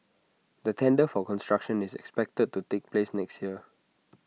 the tender for construction is expected to take place next year